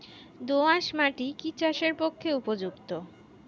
দোআঁশ মাটি কি চাষের পক্ষে উপযুক্ত?